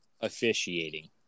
officiating